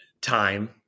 Time